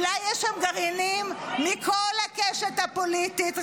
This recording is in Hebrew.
אולי יש שם גרעינים מכל הקשת הפוליטית?